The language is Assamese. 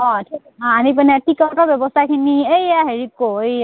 অঁ ঠিক আনি পিনে টিকটৰ ব্যৱস্থাখিনি এইয়া হেৰি ক এই